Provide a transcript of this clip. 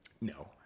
No